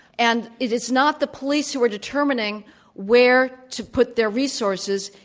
and it is not the police who are determining where to put their resources,